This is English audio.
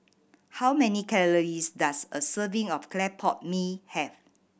how many calories does a serving of clay pot mee have